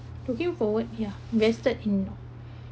looking forward ya invested in